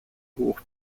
hoch